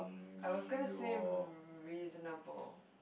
I was gonna say reasonable